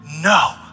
No